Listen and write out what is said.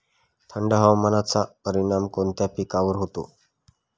थंड हवामानाचा परिणाम कोणत्या पिकावर होतो?